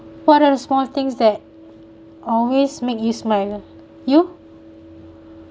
what are the small things that always make you smile ah you